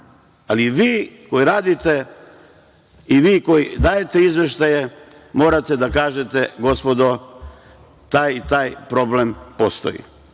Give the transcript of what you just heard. ali vi koji radite i vi koji dajete izveštaje, morate da kažete – gospodo, taj i taj problem postoji. Ja